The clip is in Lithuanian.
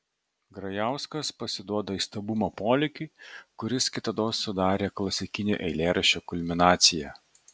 grajauskas pasiduoda įstabumo polėkiui kuris kitados sudarė klasikinio eilėraščio kulminaciją